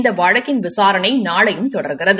இந்த வழக்கின் விசாரணை நாளையும் தொடர்கிறது